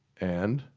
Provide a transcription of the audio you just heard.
and.